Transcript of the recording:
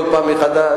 כל פעם מחדש.